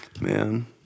man